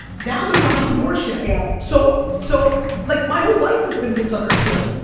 now there's entrepreneurship, yeah so so like my whole life has been misunderstood.